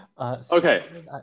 Okay